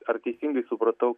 ar teisingai supratau